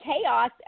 chaos